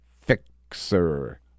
fixer